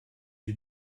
you